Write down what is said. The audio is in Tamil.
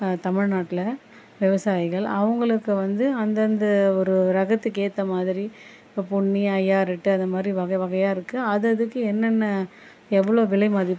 தமிழ்நாட்டில் விவசாயிகள் அவங்களுக்கு வந்து அந்தந்த ஒரு ரகத்துக்கு ஏற்ற மாதிரி இப்போ பொன்னி ஐ ஆர் எட்டு அது மாதிரி வகை வகையாக இருக்குது அது அதுக்கு என்னென்ன எவ்வளோ விலை மதிப்பு